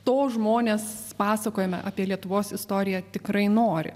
to žmonės pasakojame apie lietuvos istoriją tikrai nori